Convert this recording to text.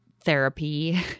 therapy